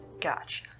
Gotcha